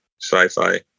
Sci-fi